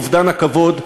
אובדן הכבוד,